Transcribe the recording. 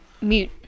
Mute